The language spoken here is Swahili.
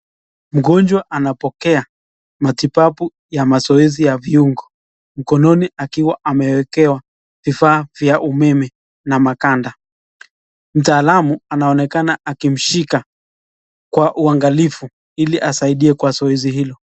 Mgonjwa anapokea matibabu ya mazoezi ya viungo mkononi akiwa amewekewa vifaa vya umeme na maganda, mtaalamu anaonekana akimshika kwa uangalifu ili asaidie kwa zoezi hilo.